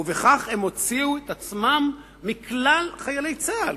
ובכך הם הוציאו את עצמם מכלל חיילי צה"ל.